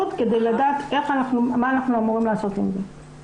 כדי לדעת מה אנחנו אמורים לעשות עם זה.